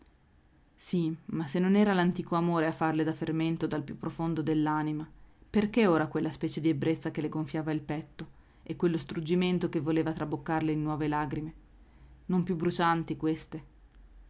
sì ma se non era l'antico amore a farle da fermento dal più profondo dell'anima perché ora quella specie d'ebbrezza che le gonfiava il petto e quello struggimento che voleva traboccarle in nuove lagrime non più brucianti queste